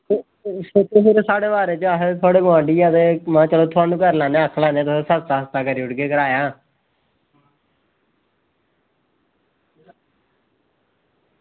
सोचो किश साढ़े बारै ई अस बी थुआढ़े गोआंढी आं में आक्खेआ में हां थुआनुं करी लैने आं थुआढ़े कशा सस्ता करी लैने आं किराया